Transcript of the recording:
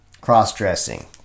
cross-dressing